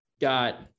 got